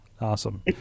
Awesome